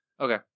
Okay